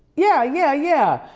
yeah, yeah, yeah.